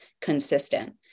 consistent